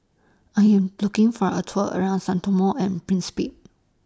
I Am looking For A Tour around Sao Tome and Principe